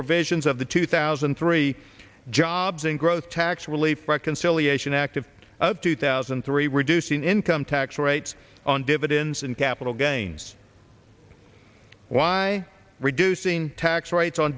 provisions of the two thousand and three jobs and growth tax relief reconciliation act of two thousand and three reducing income tax rates on dividends and capital gains why reducing tax rates on